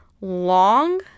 long